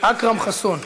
אכרם חסון.